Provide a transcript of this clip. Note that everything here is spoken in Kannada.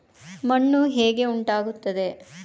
ಮಣ್ಣು ಹೇಗೆ ಉಂಟಾಗುತ್ತದೆ?